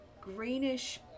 greenish